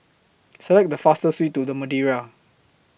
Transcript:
Select The fastest Way to The Madeira